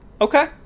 okay